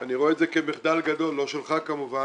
אני רואה את זה כמחדל גדול, לא שלך כמובן,